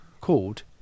called